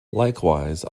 likewise